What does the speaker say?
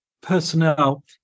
personnel